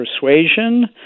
persuasion